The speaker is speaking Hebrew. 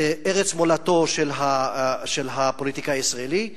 ארץ מולדתו של הפוליטיקאי הישראלי.